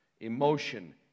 emotion